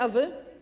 A wy?